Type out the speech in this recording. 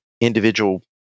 individual